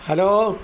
hello